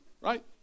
right